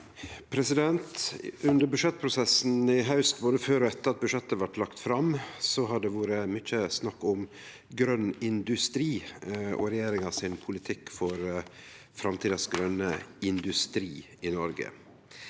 Under budsjett- prosessen i haust, både før og etter at budsjettet blei lagt fram, har det vore mykje snakk om grøn industri og regjeringa sin politikk for framtidas grøne industri i Noreg.